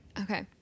Okay